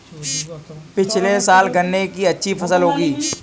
पिछले साल गन्ने की अच्छी फसल उगी